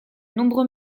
nombreux